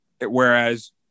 whereas